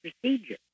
procedure